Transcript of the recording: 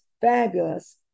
fabulous